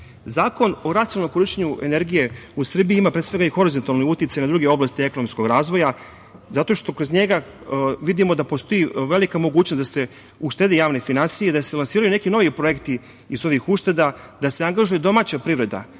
o racionalnom korišćenju energije u Srbiji ima, pre svega, i horizontalni uticaj na druge oblasti ekonomskog razvoja, zato što kroz njega vidimo da postoji velika mogućnost da se uštede javne finansije i da se lansiraju neki novi projekti iz ovih ušteda, da se angažuje domaća privreda